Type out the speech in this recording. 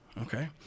Okay